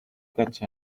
catch